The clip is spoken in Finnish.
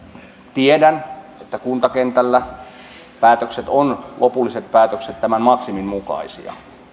tiedän että kuntakentällä päätökset lopulliset päätökset ovat tämän maksimin mukaisia